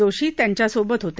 जोशी त्यांच्यासोबत होते